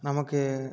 நமக்கு